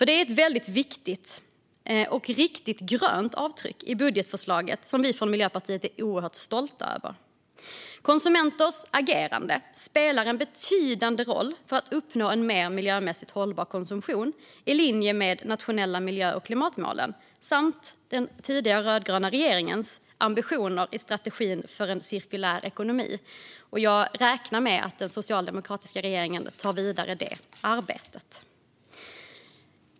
Det är ett viktigt och riktigt grönt avtryck i budgetförslaget som vi i Miljöpartiet är oerhört stolta över. Konsumenters agerande spelar en betydande roll för att uppnå en mer miljömässigt hållbar konsumtion, vilket ligger i linje med de nationella miljö och klimatmålen samt den tidigare rödgröna regeringens ambitioner i strategin för en cirkulär ekonomi. Jag räknar med att den socialdemokratiska regeringen tar detta arbete vidare.